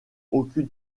aucune